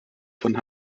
von